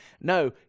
No